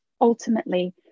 ultimately